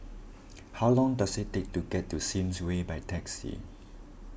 how long does it take to get to Sims Way by taxi